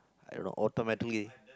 I automatically